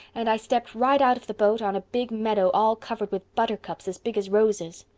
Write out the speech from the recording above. and i stepped right out of the boat on a big meadow all covered with buttercups as big as roses.